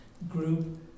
group